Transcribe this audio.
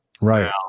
Right